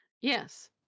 Yes